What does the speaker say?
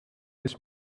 this